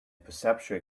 perceptual